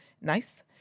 NICE